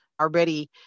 Already